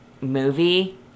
movie